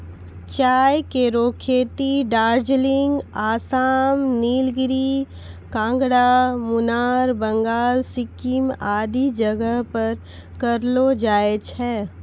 चाय केरो खेती दार्जिलिंग, आसाम, नीलगिरी, कांगड़ा, मुनार, बंगाल, सिक्किम आदि जगह पर करलो जाय छै